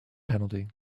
penalty